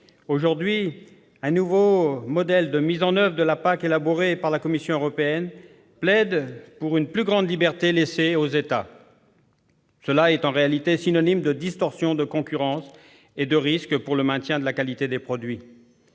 Aujourd'hui, un nouveau modèle de mise en oeuvre de la PAC, élaboré par la Commission européenne, plaide pour une plus grande liberté laissée aux États. Ce nouveau modèle est en réalité synonyme de distorsion de concurrence et de risque pour le maintien de la qualité des produits.